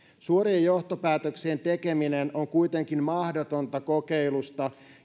suorien johtopäätöksien tekeminen on kuitenkin mahdotonta kokeilusta